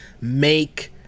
make